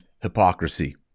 hypocrisy